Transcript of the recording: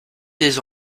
des